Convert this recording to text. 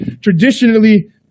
traditionally